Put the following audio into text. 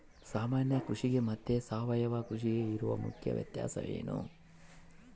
ಸಾಮಾನ್ಯ ಕೃಷಿಗೆ ಮತ್ತೆ ಸಾವಯವ ಕೃಷಿಗೆ ಇರುವ ಮುಖ್ಯ ವ್ಯತ್ಯಾಸ ಏನು?